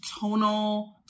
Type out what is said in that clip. tonal